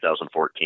2014